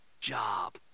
job